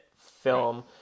film